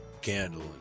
candle